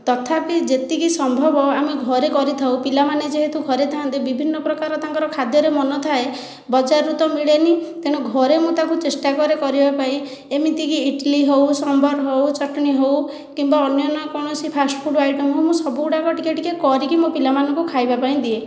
ତଥାପି ଯେତିକି ସମ୍ଭବ ଆମେ ଘରେ କରିଥାଉ ପିଲାମାନେ ଯେହେତୁ ଘରେ ଥାନ୍ତି ବିଭିନ୍ନ ପ୍ରକାରର ତାଙ୍କର ଖାଦ୍ୟରେ ମନ ଥାଏ ବଜାରରୁ ତ ମିଳେନି ତେଣୁ ଘରେ ମୁଁ ତାକୁ ଚେଷ୍ଟା କରେ କରିବାପାଇଁ ଏମିତି କି ଇଟଲି ହେଉ ସମ୍ବର ହେଉ ଚଟଣି ହେଉ କିମ୍ବା ଅନ୍ୟାନ୍ୟ କୌଣସି ଫାଷ୍ଟଫୁଡ଼୍ ଆଇଟମ୍ ହେଉ ମୁଁ ସବୁଗୁଡ଼ାକ ଟିକେ ଟିକେ ଘରେ କରିକି ମୋ ପିଲାମାନଙ୍କୁ ଖାଇବାପାଇଁ ଦିଏ